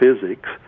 physics